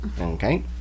okay